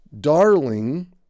darling